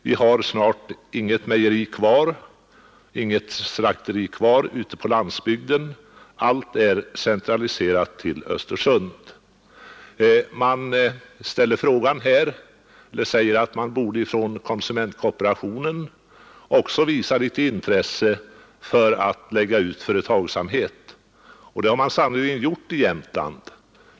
Det finns snart inget mejeri eller slakteri kvar ute på landsbygden; allt är centraliserat till Östersund. Man säger här att konsumentkooperationen också borde visa intresse för att lägga ut företagsamhet. Det har den sannerligen gjort i Jämtland.